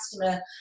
customer